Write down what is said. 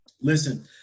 listen